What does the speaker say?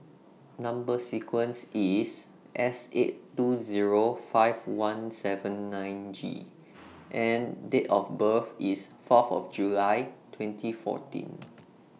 Number sequence IS S eight two Zero five one seven nine G and Date of birth IS Fourth of July twenty fourteen